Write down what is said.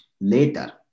later